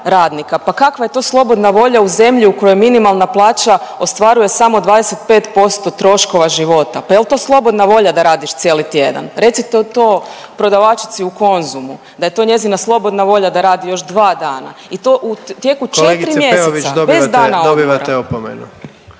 radnika, pa kakva je to slobodna volja u zemlji u kojoj minimalna plaća ostvaruje samo 25% troškova života? Pa je li to slobodna volja da radiš cijeli tjedan? Recite to prodavačici u Konzumu da je to njezina slobodna volja da radi još 2 dana i to u tijeku 4 mjeseca, bez dana odmora.